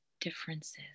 differences